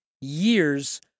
years